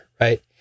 right